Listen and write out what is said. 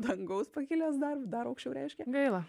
dangaus pakilęs dar dar aukščiau reiškia gaila